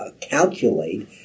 calculate